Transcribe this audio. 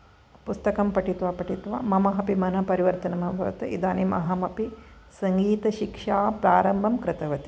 पुस्तकं पठित्वा पठित्वा मम अपि मन परिवर्तनमभवत् इदानीमहमपि सङ्गीतशिक्षा प्रारम्भं कृतवती